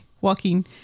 walking